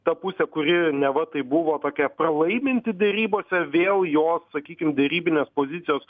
ta pusė kuri neva tai buvo tokia pralaiminti derybose vėl jos sakykim derybinės pozicijos